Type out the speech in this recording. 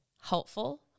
helpful